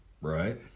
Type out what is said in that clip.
Right